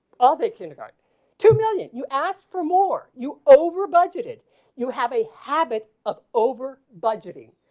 allday kindergarten to million you ask for more. you over budgeted you have a habit of over budgeting.